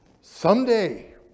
Someday